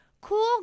Cool